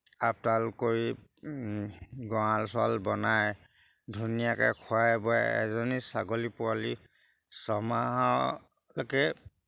আপডাল কৰি গড়াল চড়াল বনাই ধুনীয়াকৈ খুৱাই বোৱাই এজনী ছাগলীপোৱালি ছমাহকৈ